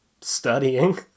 studying